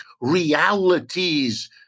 realities